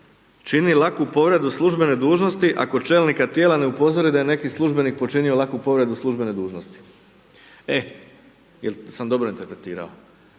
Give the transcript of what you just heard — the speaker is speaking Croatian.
čini laku povredu službene dužnosti ako čelnika tijela ne upozori da je neki službenik počinio laku povredu službene dužnosti. E, jesam dobro interpretirao?